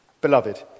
Beloved